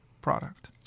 product